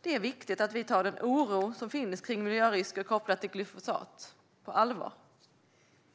Det är viktigt att vi tar den oro som finns kring miljörisker kopplade till glyfosat på allvar.